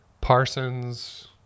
Parsons